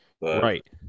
Right